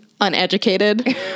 uneducated